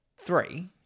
Three